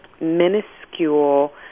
minuscule